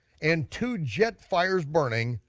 and two jet fires burning,